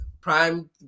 prime